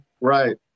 right